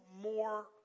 more